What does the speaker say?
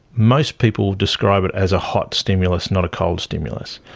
most people describe it as a hot stimulus, not a cold stimulus.